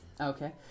Okay